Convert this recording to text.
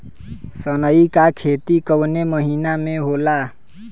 सनई का खेती कवने महीना में होला?